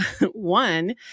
One